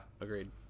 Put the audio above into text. agreed